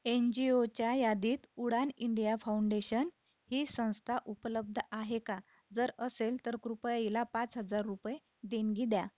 N जी ओच्या यादीत उडान इंडिया फाउंडेशन ही संस्था उपलब्ध आहे का जर असेल तर कृपया हिला पाच हजार रुपये देणगी द्या